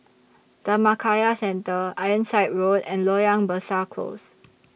Dhammakaya Centre Ironside Road and Loyang Besar Close